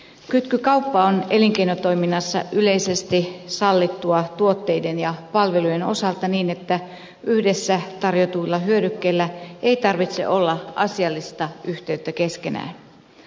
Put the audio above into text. kytkykauppa on elinkeinotoiminnassa yleisesti sallittua tuotteiden ja palvelujen osalta niin että yhdessä tarjotuilla hyödykkeillä ei tarvitse olla asiallista yhteyttä keskenään